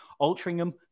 Altrincham